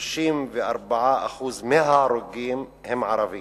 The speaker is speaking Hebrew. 34% מההרוגים, הם ערבים.